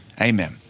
Amen